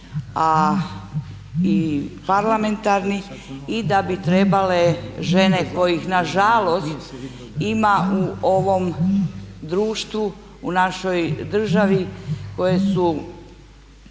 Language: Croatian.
a i parlamentarni i da bi trebale žene kojih nažalost ima u ovom društvu u našoj državi, koje su,